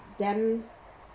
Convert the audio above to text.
them